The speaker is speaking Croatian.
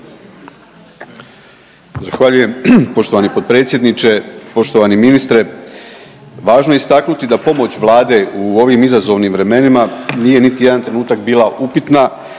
Zahvaljujem poštovani potpredsjedniče. Poštovani ministre, važno je istaknuti da pomoć Vlade u ovim izazovnim vremenima nije niti jedan trenutak bila upitna